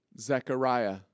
Zechariah